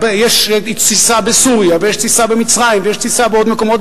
יש תסיסה בסוריה ויש תסיסה במצרים ויש תסיסה בעוד מקומות,